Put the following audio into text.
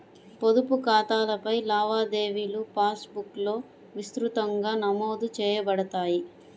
పొదుపు ఖాతాలపై లావాదేవీలుపాస్ బుక్లో విస్తృతంగా నమోదు చేయబడతాయి